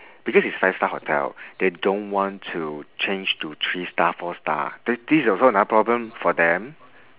because it's five star hotel they don't want to change to three star four star th~ this is also another problem for them